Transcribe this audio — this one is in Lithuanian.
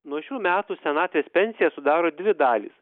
nuo šių metų senatvės pensiją sudaro dvi dalys